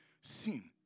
sin